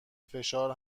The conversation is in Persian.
فشار